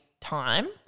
time